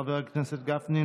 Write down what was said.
חבר הכנסת גפני,